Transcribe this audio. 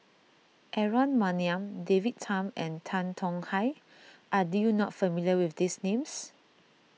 Aaron Maniam David Tham and Tan Tong Hye are you not familiar with these names